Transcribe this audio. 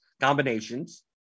combinations